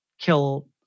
kill